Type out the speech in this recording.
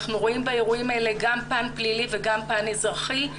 אנחנו רואים באירועים האלה גם פן פלילי וגם פן אזרחי.